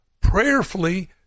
prayerfully